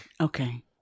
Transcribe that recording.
Okay